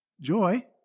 joy